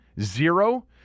zero